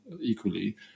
equally